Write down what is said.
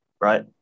right